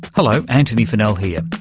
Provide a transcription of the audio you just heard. hello, antony funnell here.